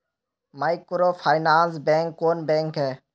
Microfinance bank कौन bank है?